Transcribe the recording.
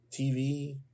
TV